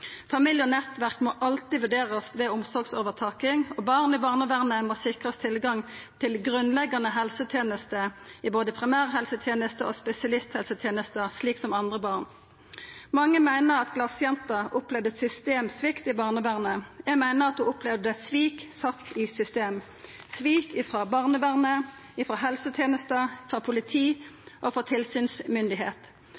Familie og nettverk må alltid vurderast ved omsorgsovertaking, og barn i barnevernet må sikrast tilgang til grunnleggjande helsetenester i både primærhelsetenesta og spesialisthelsetenesta, slik som andre barn. Mange meiner at «Glassjenta» opplevde systemsvikt i barnevernet. Eg meiner at ho opplevde svik sett i system – svik frå barnevernet, frå helsetenesta,